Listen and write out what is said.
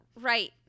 right